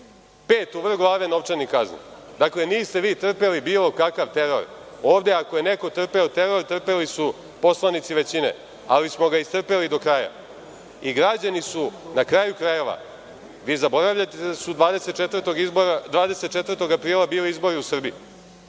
pet u vrh glave novčanih kazni. Dakle, niste vi trpeli bilo kakav teror, ovde ako je neko trpeo teror, trpeli su poslanici većine, ali smo ga istrpeli do kraja. I građani su na kraju krajeva, vi zaboravljate da su 24. aprila bili izbori u Srbiji,